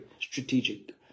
strategic